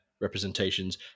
representations